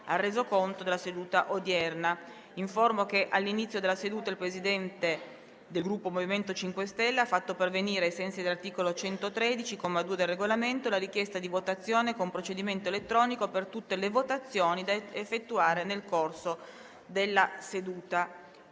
Informo l'Assemblea che all'inizio della seduta il Presidente del Gruppo MoVimento 5 Stelle ha fatto pervenire, ai sensi dell'articolo 113, comma 2, del Regolamento, la richiesta di votazione con procedimento elettronico per tutte le votazioni da effettuare nel corso della seduta.